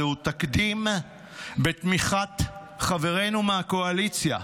זהו תקדים בתמיכת חברינו מהקואליציה.